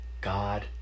God